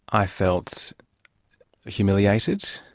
i felt humiliated,